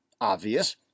obvious